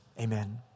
amen